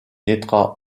naîtra